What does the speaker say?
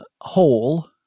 whole